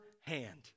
hand